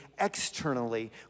externally